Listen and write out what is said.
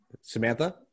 Samantha